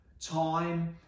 time